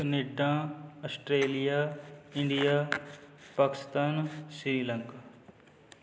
Canada Australia India Pakistan Sri Lanka